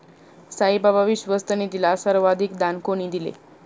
साईबाबा विश्वस्त निधीला सर्वाधिक दान कोणी दिले?